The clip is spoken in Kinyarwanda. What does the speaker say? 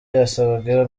yasabwe